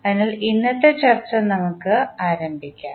അതിനാൽ ഇന്നത്തെ ചർച്ച നമുക്ക് ആരംഭിക്കാം